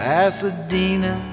Pasadena